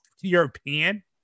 european